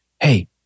hey